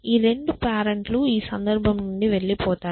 ఈ 2 పేరెంట్ లు ఈ సందర్భం నుండి వెళ్లిపోతాయి